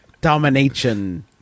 domination